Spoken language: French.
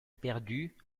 perdu